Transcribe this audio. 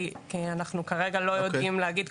כי כרגע אנחנו לא יודעים להגיד,